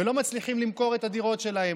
ולא מצליחים למכור את הדירות שלהם,